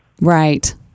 right